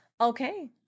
Okay